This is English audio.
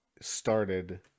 started